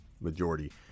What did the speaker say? majority